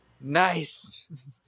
Nice